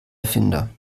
erfinder